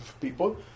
people